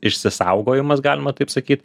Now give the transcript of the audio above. išsisaugojimas galima taip sakyt